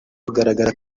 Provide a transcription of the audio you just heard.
kugaragara